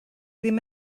ddim